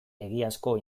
egiazko